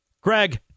Greg